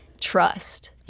trust